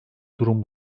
durum